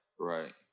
Right